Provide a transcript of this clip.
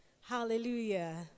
Hallelujah